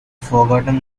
forgotten